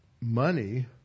money